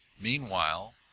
Meanwhile